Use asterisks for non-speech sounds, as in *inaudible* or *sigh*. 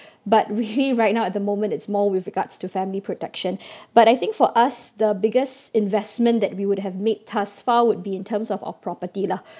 but really *laughs* right now at the moment it's more with regards to family protection but I think for us the biggest investment that we would have made thus far would be in terms of our property lah